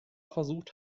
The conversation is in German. versucht